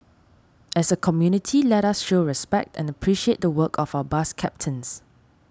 as a community let us show respect and appreciate the work of our bus captains